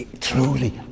Truly